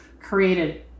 created